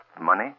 money